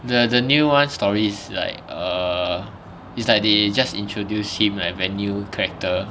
the the new [one] story is like err it's like they just introduce him like with a new character